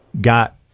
got